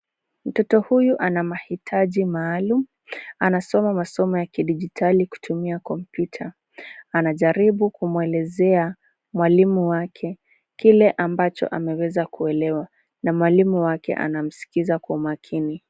Mtoto huyu ana mahitaji maalum. Anasoma masomo ya kidijitali kutumia kompyuta. Anajaribu kumwelezea mwalimu wake kile ambacho ameweza kuelewa, na mwalimu wake anamsikiza kwa makini.